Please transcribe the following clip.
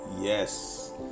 Yes